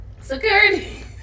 Security